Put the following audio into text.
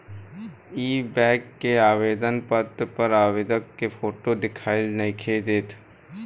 इ बैक के आवेदन पत्र पर आवेदक के फोटो दिखाई नइखे देत